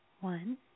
one